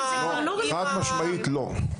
חד-משמעית לא.